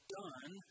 done